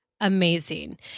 amazing